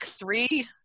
three